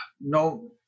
no